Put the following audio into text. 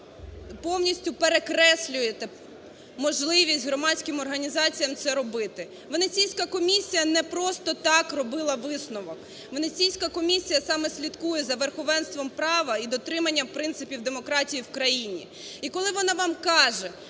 повністю перекреслюєте можливість громадським організаціям це робити. Венеційська комісія не просто так робила висновок. Венеційська комісія саме слідкує за верховенством права і дотриманням принципів демократії в країні.